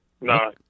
No